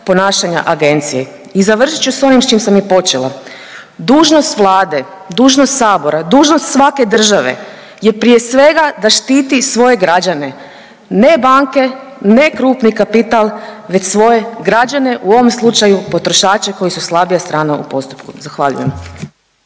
ponašanja agencije. I završit ću s onim s čim sam i počela, dužnost Vlade, dužnost sabora, dužnost svake države je prije svega da štiti svoje građane, ne banke, ne krupni kapital već svoje građane u ovom slučaju potrošače koji su slabija strana u postupku. Zahvaljujem.